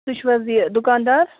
تُہۍ چھُو حظ یہِ دُکانٛدار